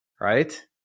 right